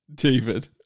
David